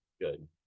good